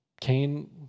Cain